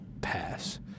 pass